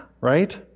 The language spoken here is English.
right